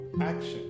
action